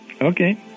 Okay